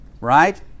right